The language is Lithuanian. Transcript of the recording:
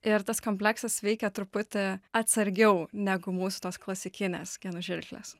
ir tas kompleksas veikia truputį atsargiau negu mūsų tos klasikinės genų žirklės